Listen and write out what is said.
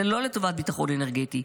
זה לא לטובת ביטחון אנרגטי.